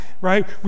right